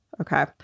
Okay